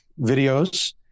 videos